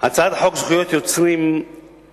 הצעת חוק זכות יוצרים (תיקון,